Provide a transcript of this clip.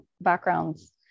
backgrounds